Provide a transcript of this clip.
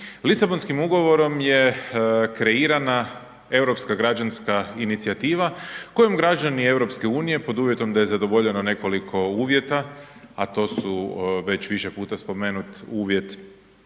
Lisabonskim ugovorom je kreirana europska građanska inicijativa kojom građani EU-a pod uvjetom da je zadovoljeno nekoliko uvjeta, a to su već više puta spomenut uvjet